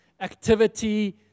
activity